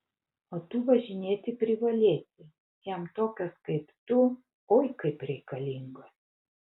o tu važinėti privalėsi jam tokios kaip tu oi kaip reikalingos